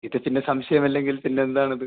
ഇത് പിന്നെ സംശയം അല്ലെങ്കിൽ പിന്നെ എന്താണിത്